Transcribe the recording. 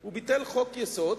הוא ביטל חוק-יסוד,